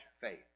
faith